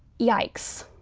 yikes.